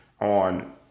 on